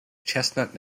chestnut